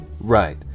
Right